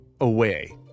away